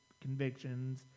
convictions